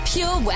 Pure